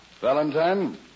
Valentine